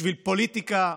בשביל פוליטיקה.